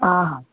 हा हा